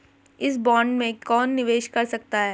इस बॉन्ड में कौन निवेश कर सकता है?